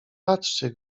patrzcie